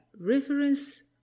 reference